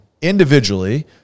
individually